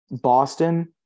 Boston